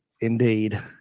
Indeed